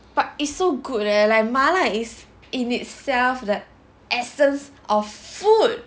but it's so good leh like 麻辣 is in itself like essence of food